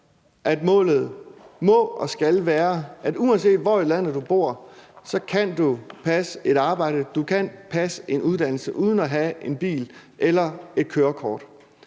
at målet må og skal være, at uanset hvor i landet du bor, kan du passe et arbejde og passe en uddannelse uden at have en bil eller et kørekort.